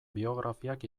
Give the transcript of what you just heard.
biografiak